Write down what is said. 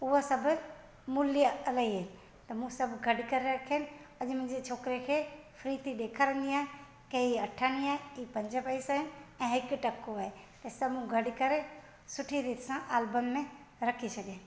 उहे सभु मूल्य इलाही आहिनि त मूं सभु गॾु करे रखिया आहिनि अॼु मुंहिंजे छोकिरे खे फ्री थी ॾेखारंदी आहियां की हे अठानी आहे की पंज पैसा आहिनि ऐं हिकु टको आहे त सभु मूं गॾु करे सुठी रीति सां अलबम में रखी छॾे